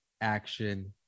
action